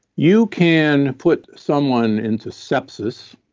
you can put someone into sepsis,